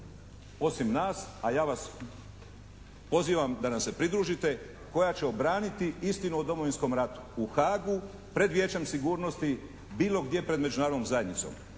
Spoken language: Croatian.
osim nas a ja vas pozivam da nam se pridružite koja će obraniti istinu o Domovinskom ratu u Hagu, pred Vijećem sigurnosti, bilo gdje pred međunarodnom zajednicom.